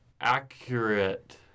Accurate